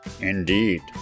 Indeed